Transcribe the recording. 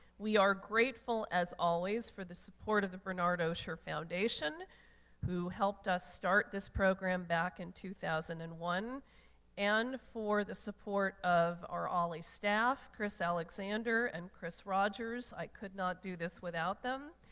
we are grateful, as always, for the support of the bernard osher foundation who helped us start this program back in two thousand and one and for the support of our olli staff, chris alexander and chris rogers. i could not do this without them.